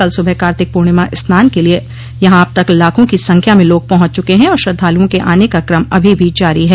कल सुबह कार्तिक पूर्णिमा स्नान के लिए यहां अब तक लाखों की संख्या में लोग पहुंच चुके हैं और श्रद्धालुओं के आने का क्रम अभी भी जारी है